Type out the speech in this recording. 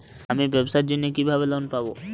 আমি ব্যবসার জন্য কিভাবে লোন পাব?